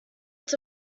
its